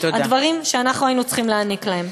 הדברים שאנחנו היינו צריכים להעניק להם.